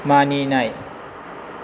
मानिनाय